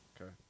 Okay